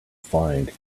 find